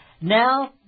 Now